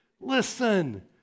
Listen